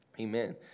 Amen